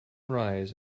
rise